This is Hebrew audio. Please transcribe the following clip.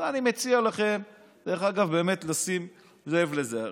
אני מציע לכם באמת לשים לב לזה.